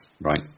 right